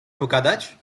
pogadać